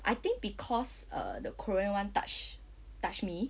I think because err the korean [one] touch touch me